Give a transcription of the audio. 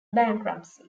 bankruptcy